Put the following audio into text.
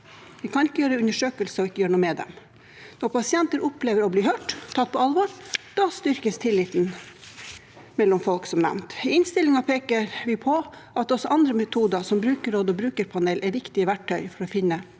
Vi kan ikke gjøre undersøkelser og ikke gjøre noe med dem. Når pasienter opplever å bli hørt og tatt på alvor, styrkes som nevnt tilliten mellom folk. I innstillingen peker vi på at også andre metoder, som brukerråd og brukerpanel, er viktige verktøy for å finne